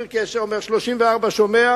תפס את מכשיר הקשר ואמר: 34, שומע?